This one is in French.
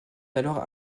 alors